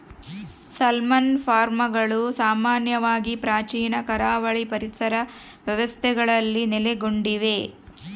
salmon ಫಾರ್ಮ್ಗಳು ಸಾಮಾನ್ಯವಾಗಿ ಪ್ರಾಚೀನ ಕರಾವಳಿ ಪರಿಸರ ವ್ಯವಸ್ಥೆಗಳಲ್ಲಿ ನೆಲೆಗೊಂಡಿವೆ